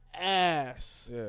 Ass